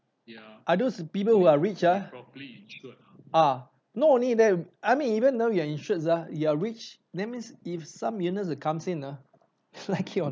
uh those people who are rich ah uh not only that I mean even though you are insured ah you are rich that means if some illness comes in ah like it or not